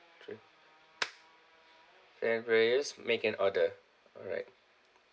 three beverage make an order alright